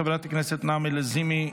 חברת הכנסת נעמי לזימי,